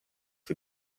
või